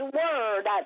word